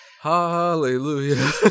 Hallelujah